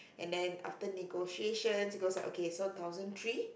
and then after negotiations it goes like okay thousand three